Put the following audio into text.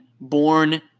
born